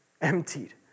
Emptied